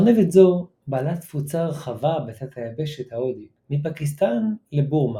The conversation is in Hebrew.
ארנבת זו בעלת תפוצה רחבה בתת-היבשת ההודית מפקיסטן לבורמה,